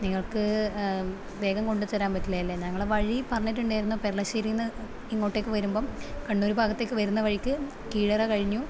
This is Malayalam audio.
നിങ്ങൾക്ക് വേഗം കൊണ്ടുതരാൻ പറ്റിലെ അല്ലെ ഞങ്ങള് വഴി പറഞ്ഞിട്ടുണ്ടായിരുന്നു പെർളശ്ശെരിന്ന് ഇങ്ങോട്ടേക്ക് വരുമ്പം കണ്ണൂര് ഭാഗത്തേക്ക് വരുന്ന വഴിക്ക് കീഴറ കഴിഞ്ഞ്